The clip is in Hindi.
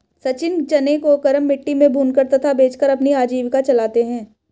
सचिन चने को गरम मिट्टी में भूनकर तथा बेचकर अपनी आजीविका चलाते हैं